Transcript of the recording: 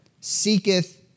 seeketh